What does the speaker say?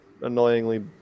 annoyingly